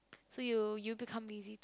so you you become lazy